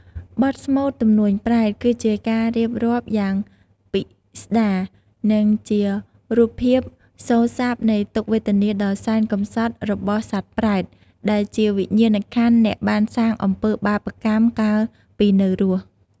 បទស្មូត ទំនួញប្រេត គឺជាការរៀបរាប់យ៉ាងពិស្ដារ និងជារូបភាពសូរស័ព្ទនៃ ទុក្ខវេទនាដ៏សែនកម្សត់ របស់សត្វប្រេត ដែលជាវិញ្ញាណក្ខន្ធអ្នកបានសាងអំពើបាបកម្មកាលពីនៅរស់។